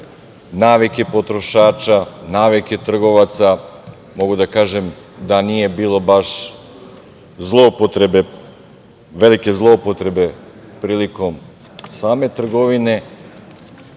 navike potrošača, navike trgovaca, mogu da kažem da nije bilo baš velike zloupotrebe prilikom same trgovine,